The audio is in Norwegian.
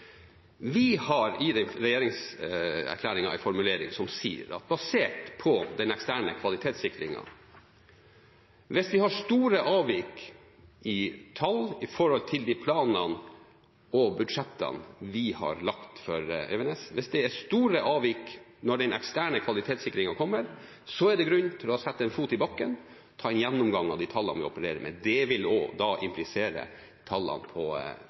Vi har i regjeringserklæringen en formulering hvor det heter «basert på den eksterne kvalitetssikringen». Hvis vi har store avvik i tall i forhold til de planene og budsjettene vi har for Evenes, hvis det er store avvik når den eksterne kvalitetssikringen kommer, er det grunn til å sette en fot i bakken og ta en gjennomgang av de tallene vi opererer med. Det vil da også implisere tallene